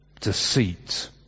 Deceit